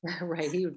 right